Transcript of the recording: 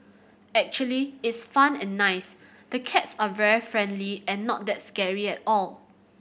actually it's fun and nice the cats are very friendly and not that scary at all